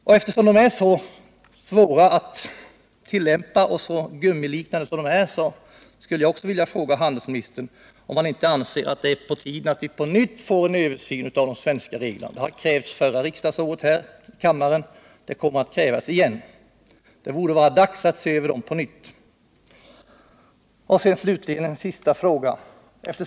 Eftersom bestämmelserna är så svåra att tillämpa och så gummiliknande som de är vill jag fråga handelsministern, om han inte anser att det är på tiden att vi på nytt får en översyn av de svenska reglerna. Det krävdes redan under förra riksmötet, och det kommer att krävas igen. Det borde på nytt vara dags att se över reglerna. Så en sista fråga.